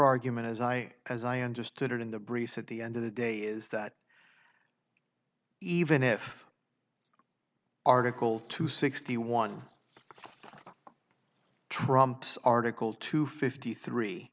argument as i as i understood it in the breeze at the end of the day is that even if article two sixty one trumps article two fifty three